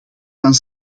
van